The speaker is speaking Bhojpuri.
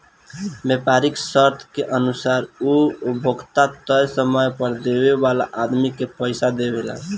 व्यापारीक शर्त के अनुसार उ उपभोक्ता तय समय पर देवे वाला आदमी के पइसा देवेला